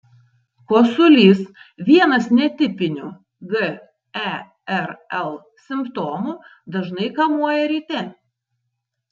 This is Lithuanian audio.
kosulys vienas netipinių gerl simptomų dažnai kamuoja ryte